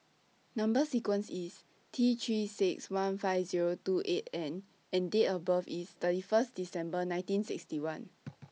Number sequence IS T three six one five Zero two eight N and Date of birth IS thirty one December nineteen sixty one